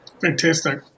Fantastic